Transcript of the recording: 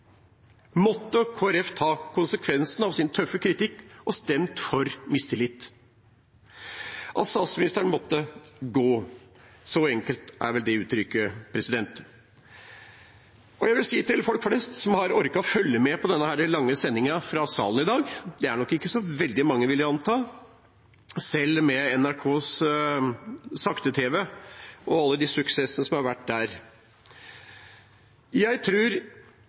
måtte Kristelig Folkeparti ha tatt konsekvensen av sin tøffe kritikk og stemt for mistillit. Statsministeren måtte ha gått av – så enkelt er vel det uttrykket. Jeg vil si til dem av folk flest som har orket å følge med på denne lange sendingen fra salen i dag – det er nok ikke så veldig mange, vil jeg anta, selv med NRKs sakte-tv og alle de suksessene som har vært der – at jeg